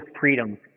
freedom